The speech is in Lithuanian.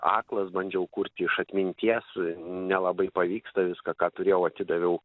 aklas bandžiau kurti iš atminties nelabai pavyksta viską ką turėjau atidaviau